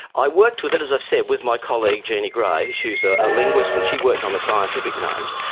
i worked with it, as i said, with my colleague jeannie gray, she's ah a linguist and she worked on the scientific names.